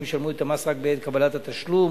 ישלמו את המס רק בעת קבלת התשלום,